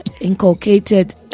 inculcated